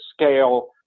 scale